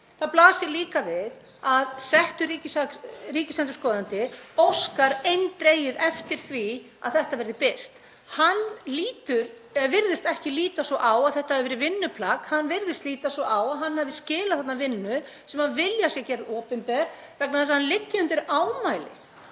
Það blasir líka við að settur ríkisendurskoðandi óskar eindregið eftir því að þetta verði birt. Hann virðist ekki líta svo á að þetta hafi verið vinnuplagg. Hann virðist líta svo á að hann hafi skilað vinnu sem hann vilji að sé gerð opinber vegna þess að hann liggi undir ámæli.